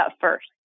first